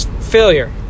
failure